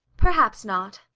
perhaps not.